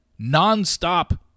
nonstop